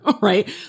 right